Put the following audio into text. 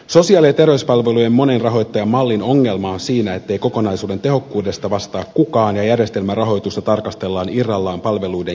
sosiaali ja terveyspalveluiden monirahoittajamallin ongelma on siinä ettei kokonaisuuden tehokkuudesta vastaa kukaan ja että järjestelmän rahoitusta tarkastellaan irrallaan palveluiden järjestämisestä